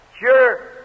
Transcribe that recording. Sure